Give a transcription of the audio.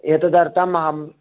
एतदर्थम् अहं